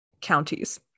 counties